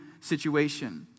situation